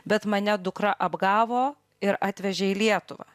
bet mane dukra apgavo ir atvežė į lietuvą